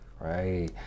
Right